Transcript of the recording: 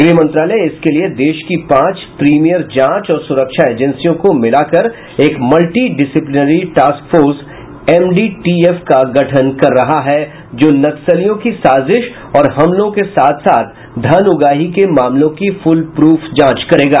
गृह मंत्रालय इसके लिये देश की पांच प्रीमियर जांच और सुरक्षा एजेंसियों को मिलाकर एक multi disciplinary task force MDTF का गठन कर रही है जो नक्सलियों की साजिश और हमलों के साथ साथ धन उगाही के मामलों की फुलप्रफ जांच करेगा